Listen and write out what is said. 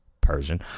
Persian